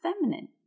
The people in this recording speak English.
feminine